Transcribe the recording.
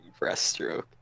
breaststroke